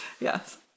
yes